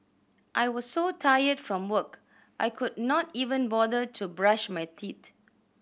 I was so tired from work I could not even bother to brush my teeth